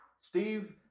Steve